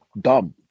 dumb